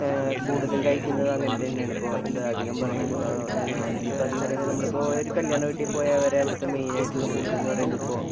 കൂടുതൽ കഴിക്കുന്ന അങ്ങനെ തന്നെയാണ് ഇപ്പോൾ എന്താ അധികം പറയുമ്പോൾ എന്തിന് ഇപ്പോൾ പറയുമ്പോൾ നമ്മള് ഇപ്പോൾ ഒരു കല്യാണ വീട്ടിൽ പോയാൽ വരെ അവിടത്തെ മെയിൻ ആയിട്ടുള്ള ഫുഡ് ഇത് എന്ന് പറയുമ്പോൾ ഇപ്പോൾ